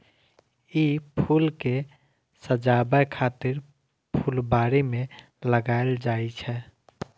ई फूल कें सजाबै खातिर फुलबाड़ी मे लगाएल जाइ छै